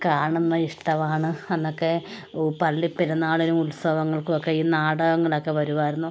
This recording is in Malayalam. കാണുന്ന ഇഷ്ടമാണ് അന്നൊക്കെ പള്ളിപ്പെരുന്നാളിനും ഉത്സവങ്ങൾക്കും ഒക്കെ ഈ നാടകങ്ങളൊക്കെ വരുമായിരുന്നു